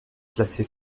placée